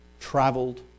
Traveled